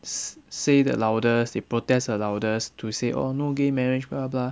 s~ say the loudest they protest the loudest to say orh no gay marriage blah blah blah